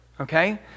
Okay